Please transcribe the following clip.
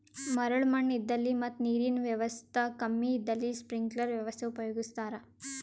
ಮರಳ್ ಮಣ್ಣ್ ಇದ್ದಲ್ಲಿ ಮತ್ ನೀರಿನ್ ವ್ಯವಸ್ತಾ ಕಮ್ಮಿ ಇದ್ದಲ್ಲಿ ಸ್ಪ್ರಿಂಕ್ಲರ್ ವ್ಯವಸ್ಥೆ ಉಪಯೋಗಿಸ್ತಾರಾ